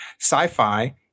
Sci-fi